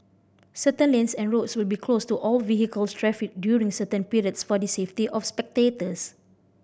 certain lanes and roads will be closed to all vehicle traffic during certain periods for the safety of spectators